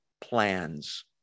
plans